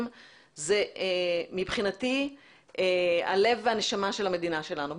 זה מבחינתי הלב והנשמה של המדינה שלנו.